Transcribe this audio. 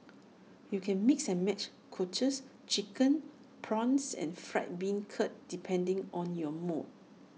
you can mix and match Cockles Chicken Prawns and Fried Bean Curd depending on your mood